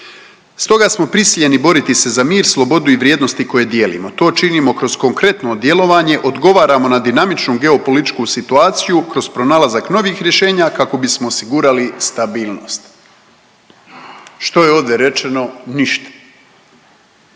Stoga smo prisiljeni boriti se za mir, slobodu i vrijednosti koje dijelimo. To činimo kroz konkretno djelovanje, odgovaramo na dinamičnu geopolitičku situaciju kroz pronalazak novih rješenja kako bismo osigurali stabilnost. Što je ovdje rečeno? Ništa.